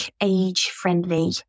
age-friendly